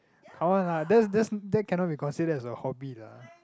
come on lah that's that's that cannot be considered as a hobby lah